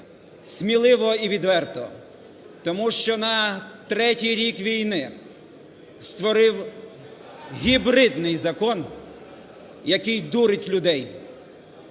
сміливо і відверто? Тому що на третій рік війни створив гібридний закон, який дурить людей.